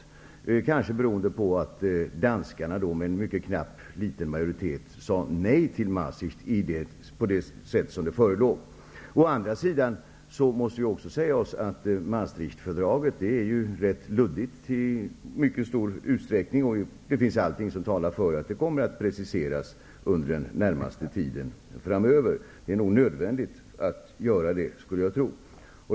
Det kanske beror på att danskarna med en knapp majoritet sade nej till Å andra sidan är Maastrichfördraget i stor utsträckning luddigt. Det finns allt som talar för att det kommer att preciseras under den närmaste tiden. Det är nog nödvändigt.